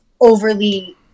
overly